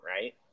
right